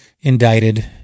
indicted